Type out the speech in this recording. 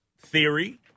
theory